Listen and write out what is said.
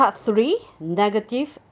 part three negative